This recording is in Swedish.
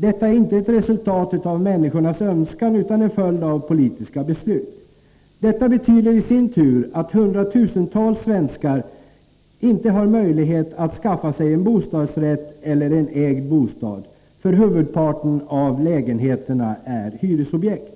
Detta är inte ett resultat av människornas önskan utan en följd av politiska beslut. Detta betyder i sin tur att hundratusentals svenskar ej har möjlighet att skaffa sig en bostadsrätt eller en ägd bostad, för huvudparten av lägenheterna är hyresobjekt.